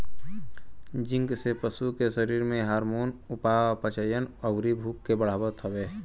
zinc से पशु के शरीर में हार्मोन, उपापचयन, अउरी भूख के बढ़ावत हवे